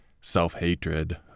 self-hatred